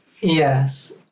Yes